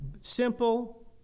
Simple